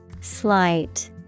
Slight